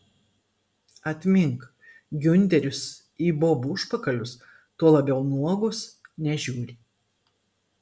atmink giunteris į bobų užpakalius tuo labiau nuogus nežiūri